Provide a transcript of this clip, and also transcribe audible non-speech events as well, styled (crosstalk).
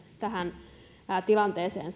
tähän tilanteeseen (unintelligible)